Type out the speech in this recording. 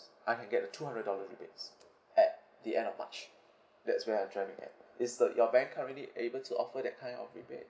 I can get the two hundred dollar rebates at the end of march that's where I'm driving at is the your bank currently able to offer that kind of rebate